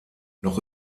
noch